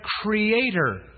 Creator